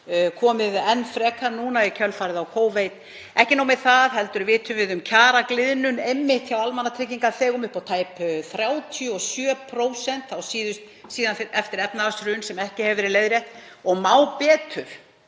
enn frekar núna í kjölfarið á Covid. Ekki nóg með það heldur vitum við um kjaragliðnun einmitt hjá almannatryggingaþegum upp á tæp 37% síðan eftir efnahagshrun sem ekki hefur verið leiðrétt og má betur